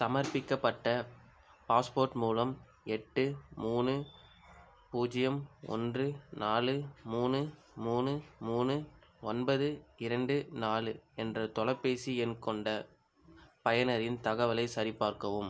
சமர்ப்பிக்கப்பட்ட பாஸ்போர்ட் மூலம் எட்டு மூணு பூஜ்ஜியம் ஒன்று நாலு மூணு மூணு மூணு ஒன்பது இரண்டு நாலு என்ற தொலைபேசி எண் கொண்ட பயனரின் தகவலைச் சரிபார்க்கவும்